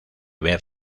ver